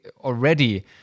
already